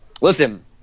listen